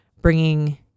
bringing